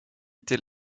était